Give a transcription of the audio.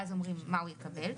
ואז אומרים מה הוא יקבל,